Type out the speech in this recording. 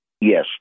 Yes